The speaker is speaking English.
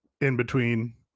in-between